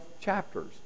chapters